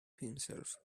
himself